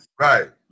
Right